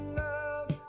love